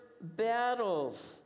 battles